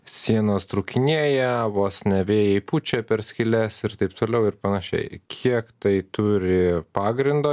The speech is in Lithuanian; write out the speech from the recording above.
sienos trūkinėja vos ne vėjai pučia per skyles ir taip toliau ir panašiai kiek tai turi pagrindo